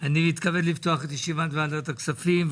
אני מתכבד לפתוח את ישיבת ועדת הכספים.